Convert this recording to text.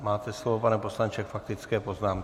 Máte slovo, pane poslanče, k faktické poznámce.